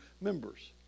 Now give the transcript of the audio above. members